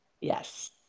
Yes